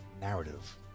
narrative